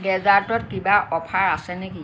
গেজাৰ্টত কিবা অফাৰ আছে নেকি